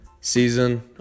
season